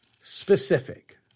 specific